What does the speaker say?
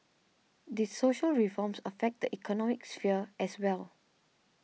these social reforms affect the economic sphere as well